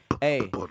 hey